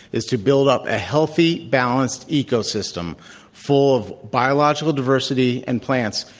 it's to build up a healthy balanced ecosystem full of biological diversity and plants,